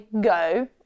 go